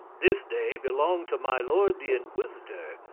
this day belonged to my lord the inquisitor.